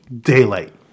daylight